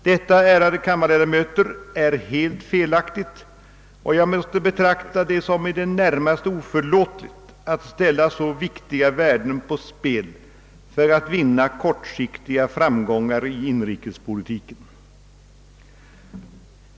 Detta är, ärade kammarledamöter, helt felaktigt, och jag måste betrakta det som i det närmaste oförlåtligt att ställa så viktiga värden på spel för att vinna kortsiktiga framgångar i inrikespolitiken.